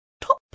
top